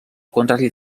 contrari